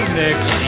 next